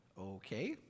Okay